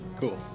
Cool